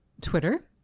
Twitter